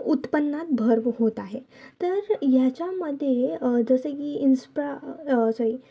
उत्पन्नात भरव होत आहे तर याच्यामधेए जसं की इंस्टा सॉरी